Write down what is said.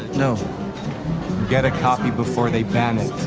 you know get a copy before they ban it.